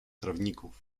trawników